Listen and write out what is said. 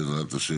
בעזרת ה',